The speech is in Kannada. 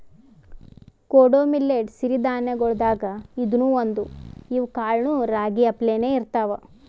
ಕೊಡೊ ಮಿಲ್ಲೆಟ್ ಸಿರಿ ಧಾನ್ಯಗೊಳ್ದಾಗ್ ಇದೂನು ಒಂದು, ಇವ್ ಕಾಳನೂ ರಾಗಿ ಅಪ್ಲೇನೇ ಇರ್ತಾವ